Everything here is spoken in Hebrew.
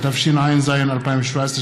התשע"ז 2017,